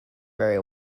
very